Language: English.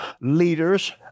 leaders